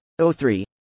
O3